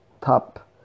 top